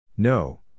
No